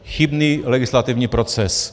Chybný legislativní proces.